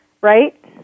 right